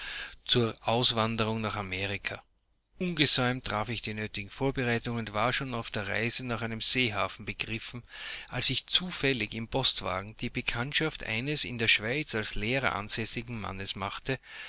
zur auswanderung nach amerika ungesäumt traf ich die nötigen vorbereitungen und war schon auf der reise nach einem seehafen begriffen als ich zufällig im postwagen die bekanntschaft eines in der schweiz als lehrer ansässigen mannes machte